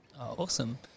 Awesome